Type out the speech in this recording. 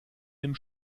dem